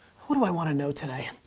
what do i wanna know today?